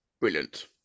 brilliant